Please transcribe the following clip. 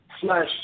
slash